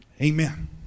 Amen